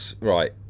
Right